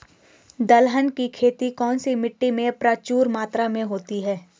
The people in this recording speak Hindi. दलहन की खेती कौन सी मिट्टी में प्रचुर मात्रा में होती है?